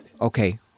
okay